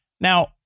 Now